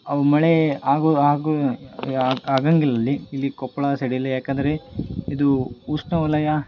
ಅವು ಮಳೆ ಆಗು ಆಗು ಆಗಂಗಿಲ್ಲ ಇಲ್ಲಿ ಕೊಪ್ಪಳ ಸೈಡಲ್ಲಿ ಯಾಕಂದರೆ ಇದು ಉಷ್ಣವಲಯ